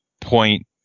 point